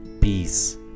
peace